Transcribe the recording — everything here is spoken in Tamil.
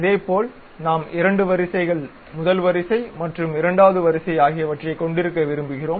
இதேபோல் நாம் இரண்டு வரிசைகள் முதல் வரிசை மற்றும் இரண்டாவது வரிசை ஆகியவற்றைக் கொண்டிருக்க விரும்புகிறோம்